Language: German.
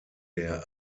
der